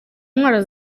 ndwara